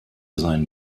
sein